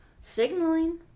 signaling